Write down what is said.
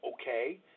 okay